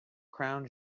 crown